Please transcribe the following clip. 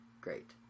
great